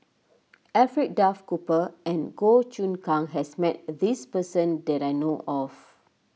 Alfred Duff Cooper and Goh Choon Kang has met this person that I know of